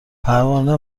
پروانه